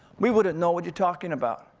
we wouldn't know what you're talking about.